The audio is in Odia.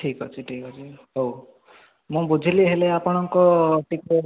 ଠିକ୍ଅଛି ଠିକ୍ଅଛି ହଉ ମୁଁ ବୁଝିଲି ହେଲେ ଆପଣଙ୍କ ଟିପ